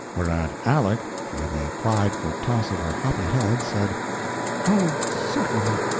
whereat aleck, with a prideful toss of her happy head, said oh, certainly!